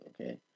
okay